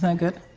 and good?